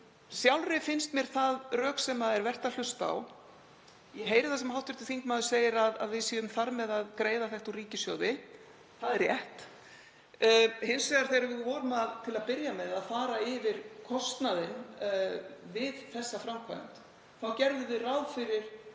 Sjálfri finnst mér það rök sem er vert að hlusta á. Ég heyri það sem hv. þingmaður segir að við séum þar með að greiða þetta úr ríkissjóði. Það er rétt. Hins vegar, þegar við vorum til að byrja með að fara yfir kostnaðinn við þessa framkvæmd, gerðum við ráð fyrir